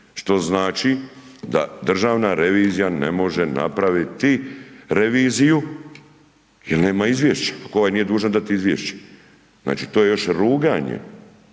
što znači da Državna revizija ne može napraviti reviziju jer nema Izvješća ako ovaj nije dužan dati Izvješće. Znači to je još ruganje